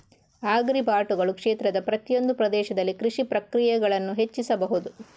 ಆಗ್ರಿಬಾಟುಗಳು ಕ್ಷೇತ್ರದ ಪ್ರತಿಯೊಂದು ಪ್ರದೇಶದಲ್ಲಿ ಕೃಷಿ ಪ್ರಕ್ರಿಯೆಗಳನ್ನು ಹೆಚ್ಚಿಸಬಹುದು